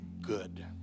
good